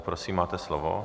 Prosím, máte slovo.